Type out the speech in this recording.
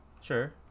Sure